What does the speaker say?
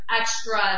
extra